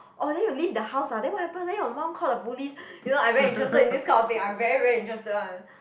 oh then you leave the house ah then what happened then your mum call the police you know I very interested in this kind of thing I very very interested [one]